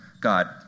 God